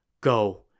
Go